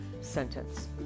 sentence